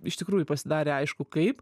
iš tikrųjų pasidarė aišku kaip